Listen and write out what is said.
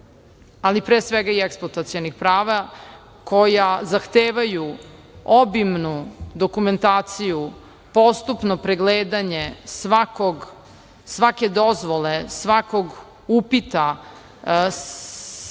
ali pre svega i eksploatacionih prava koja zahtevaju obimnu dokumentaciju, postupno pregledanje svake dozvole, svakog upita,